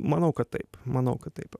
manau kad taip manau kad taip